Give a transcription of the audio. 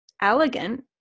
elegant